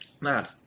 Mad